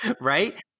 Right